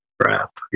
Crap